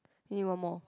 need one more